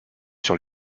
sur